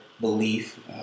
belief